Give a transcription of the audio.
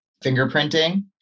fingerprinting